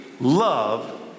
love